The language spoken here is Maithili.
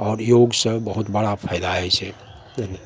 आओर योगसँ बहुत बड़ा फायदा होइ छै